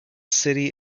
city